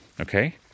okay